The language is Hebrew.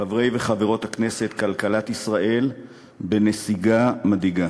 חברי וחברות הכנסת, כלכלת ישראל בנסיגה מדאיגה.